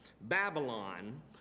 Babylon